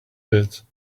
pits